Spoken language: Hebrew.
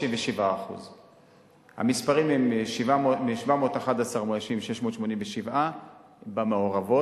97%. המספרים הם: מ-711 מאוישות 687 במעורבות.